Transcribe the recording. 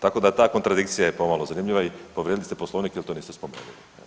Tako da ta kontradikcija je pomalo zanimljiva i povrijedili ste Poslovnik jer to niste spominjali.